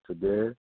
today